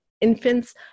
Infants